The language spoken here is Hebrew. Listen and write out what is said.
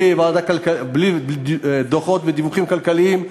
בלי דוחות ודיווחים כלכליים,